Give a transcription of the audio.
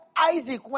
isaac